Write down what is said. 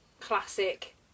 classic